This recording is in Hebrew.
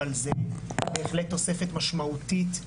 אבל זה בהחלט תוספת משמעותית,